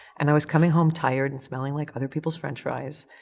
and i was coming home tired and smelling like other people's french fries,